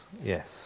yes